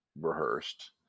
rehearsed